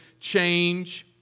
change